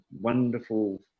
wonderful